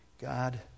God